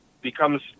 becomes